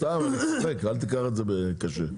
סתם, אני צוחק, אל תיקח את זה קשה.